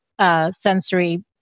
sensory